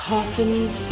Coffins